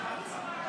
בהצבעה